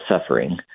suffering